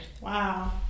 Wow